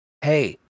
Hey